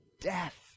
death